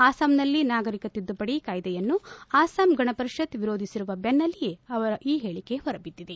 ಅಸ್ಲಾಂನಲ್ಲಿ ನಾಗರಿಕ ತಿದ್ದುಪಡಿ ಕಾಯ್ದೆಯನ್ನು ಅಸ್ಲಾಂ ಗಣಪರಿಷತ್ ವಿರೋಧಿಸಿರುವ ಬೆನ್ನಲ್ಲೇ ಅವರ ಈ ಹೇಳಿಕೆ ಹೊರಬಿದ್ದಿದೆ